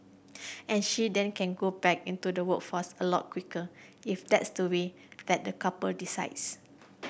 and she then can go back into the workforce a lot quicker if that's the way that the couple decides